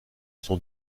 son